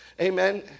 Amen